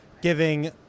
giving